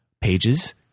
pages